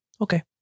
Okay